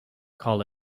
call